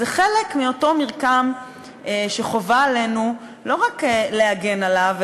זה חלק מאותו מרקם שחובה עלינו לא רק להגן עליו,